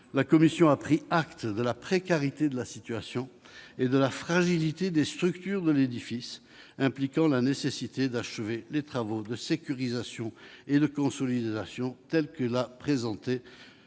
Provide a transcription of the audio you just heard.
La CNPA a pris acte de la précarité de la situation et de la fragilité des structures de l'édifice, impliquant la nécessité d'achever les travaux de sécurisation et de consolidation qui ont été